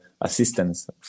assistance